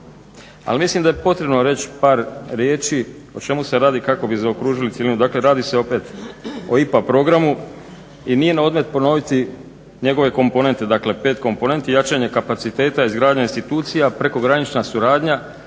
ali mislim da je potrebno reći par riječi o čemu se radi kako bi zaokružili cjelinu. Dakle radi se opet o IPA programu i nije na odmet ponoviti njegove komponente, dakle pet komponenti: jačanje kapaciteta, izgradnja institucija, prekogranična suradnja,